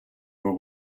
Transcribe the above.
were